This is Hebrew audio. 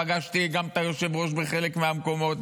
פגשתי גם את היושב-ראש בחלק מהמקומות.